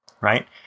right